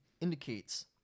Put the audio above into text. indicates